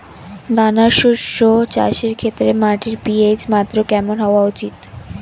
দানা শস্য চাষের ক্ষেত্রে মাটির পি.এইচ মাত্রা কেমন হওয়া উচিৎ?